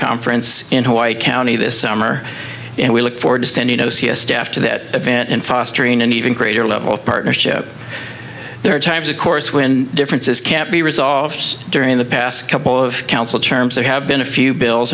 conference in hawaii county this summer and we look forward to standing o c s staff to that event and fostering an even greater level of partnership there are times of course when differences can't be resolved during the past couple of council terms there have been a few bills